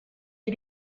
are